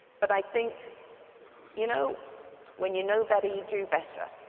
but i think you know when you know better, you do better.